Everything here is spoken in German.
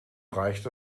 reicht